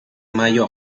mayo